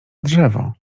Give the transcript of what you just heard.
drzewo